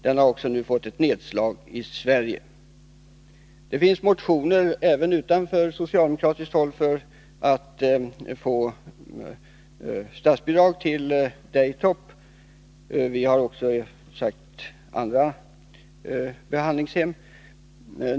Den har nu också slagit sig ned i Sverige. Det finns motioner även utanför den socialdemokratiska kretsen som önskar få statsbidrag till Daytop. Vi har också tagit upp andra behandlingshem.